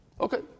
Okay